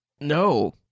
No